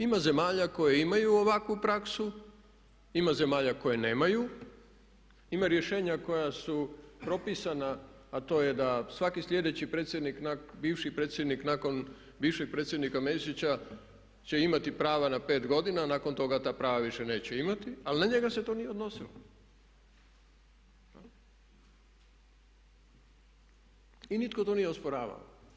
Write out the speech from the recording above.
Ima zemalja koje imaju ovakvu praksu, ima zemalja koje nemaju, ima rješenja koja su propisana a to je da svaki sljedeći predsjednik, bivši predsjednik nakon bivšeg predsjednika Mesića će imati pravo na 5 godina a nakon toga ta prava više neće imati ali na njega se to nije odnosilo i nitko to nije osporavao.